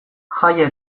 jaia